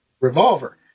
revolver